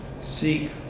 Seek